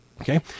Okay